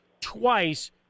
twice